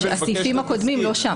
הסעיפים הקודמים לא שם.